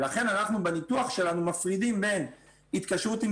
ולכן אנחנו בניתוח שלנו מפרידים בין התקשרות עם